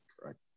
Correct